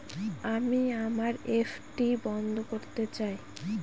আমি আমার এফ.ডি বন্ধ করতে চাই